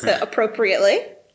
appropriately